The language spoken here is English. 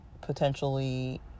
potentially